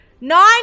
nine